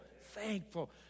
thankful